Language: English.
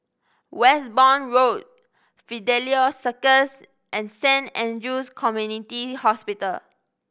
Westbourne Road Fidelio Circus and Saint Andrew's Community Hospital